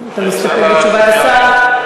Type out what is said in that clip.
אתה מסתפק בתשובת השר?